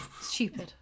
Stupid